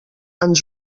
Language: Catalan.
ens